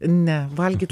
ne valgyt